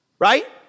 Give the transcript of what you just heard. Right